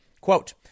Quote